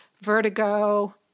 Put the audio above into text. Vertigo